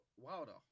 Wilder